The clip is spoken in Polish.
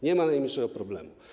Nie ma najmniejszego problemu.